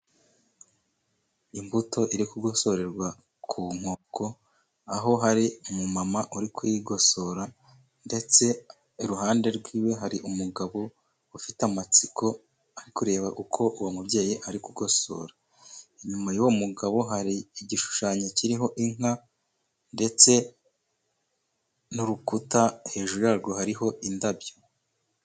Imbuto iri kugosorerwa ku nkoko ,aho hari umumama uri kuyigosora, ndetse iruhande rw'iwe hari umugabo ufite amatsiko, ari kureba uko uwo mubyeyi ari gukosora. Inyuma y'uwo mugabo hari igishushanyo kiriho inka ,ndetse n'urukuta hejuru yarwo hariho indabyo.